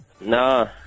No